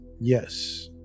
yes